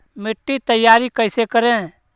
मिट्टी तैयारी कैसे करें?